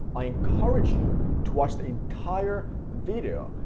i encourage you to watch the entire video,